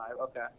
okay